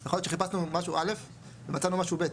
יכול להיות שחיפשנו משהו א' ומצאנו משהו ב'.